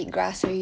like